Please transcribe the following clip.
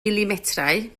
milimetrau